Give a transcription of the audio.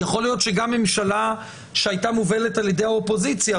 יכול להיות שגם ממשלה שהיתה מובלת על ידי האופוזיציה,